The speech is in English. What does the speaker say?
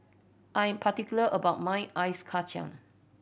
I am particular about my Ice Kachang